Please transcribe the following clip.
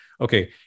okay